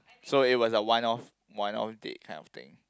so it was a one off one off date kind of thing